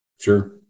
Sure